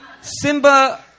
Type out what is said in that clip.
Simba